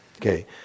Okay